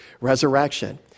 resurrection